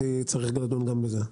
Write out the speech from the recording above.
דווקא כבר ירדתי מזה.